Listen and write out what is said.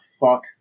fuck